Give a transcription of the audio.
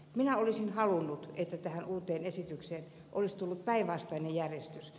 minä olisin halunnut että tähän uuteen esitykseen olisi tullut päinvastainen järjestys